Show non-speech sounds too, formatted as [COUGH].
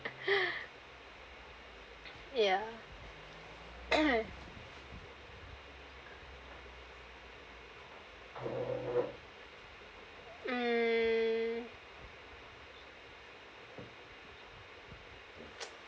[LAUGHS] ya [COUGHS] um [NOISE] um